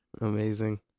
Amazing